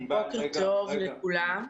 בוקר טוב לכולם.